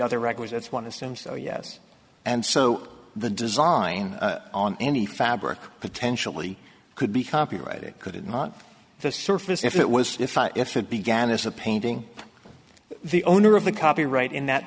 other records that's one of them so yes and so the design on any fabric potentially could be copyrighted could it not the surface if it was if it began as a painting the owner of the copyright in that